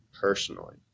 personally